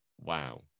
Wow